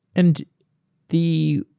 and the